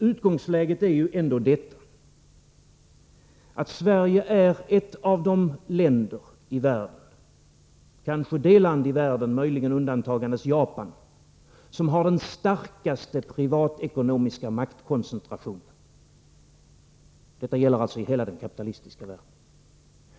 Utgångsläget är ju att Sverige är ett av de länder i världen — kanske det land i världen möjligen med undantag av Japan — som har den starkaste privatekonomiska maktkoncentrationen. Detta gäller alltså hela den kapitalistiska världen.